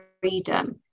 freedom